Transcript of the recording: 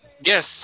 Yes